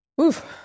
oof